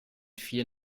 vier